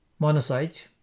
monocytes